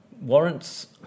warrants